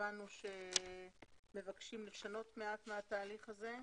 הבנו שמבקשים לשנות מעט מהתהליך הזה.